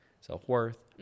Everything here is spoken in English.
self-worth